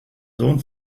sohn